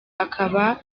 akaba